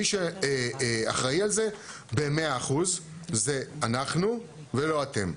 מי שאחראי על זה במאה אחוז זה אנחנו ולא אתם.